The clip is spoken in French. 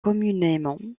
communément